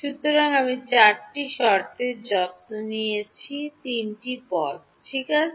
সুতরাং আমি চারটি শর্তের যত্ন নিয়েছি তিনটি পদ ঠিক আছে